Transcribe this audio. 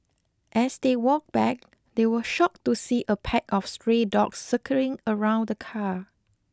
as they walked back they were shocked to see a pack of stray dogs circling around the car